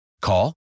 Call